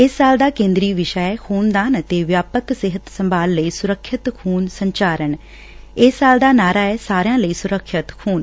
ਇਸ ਸਾਲ ਦਾ ਕੇਂਦਰੀ ਵਿਸ਼ਾ ਐ ਖੁਨਦਾਨ ਅਤੇ ਵਿਆਪਕ ਸਿਹਤ ਸੱਭਾਲ ਲਈ ਸੁਰੱਖਿਅਤ ਖੁਨ ਸੰਚਾਰਨ ਇਸ ਸਾਲ ਦਾ ਨਾਅਰਾ ਐ ਸਾਰਿਆਂ ਲਈ ਸੁਰੱਖਿਅਤ ਖੁਨ